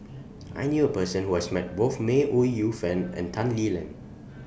I knew A Person Who has Met Both May Ooi Yu Fen and Tan Lee Leng